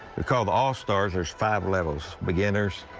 kind of all-stars, there's five levels. beginners.